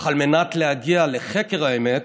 אך על מנת להגיע לחקר האמת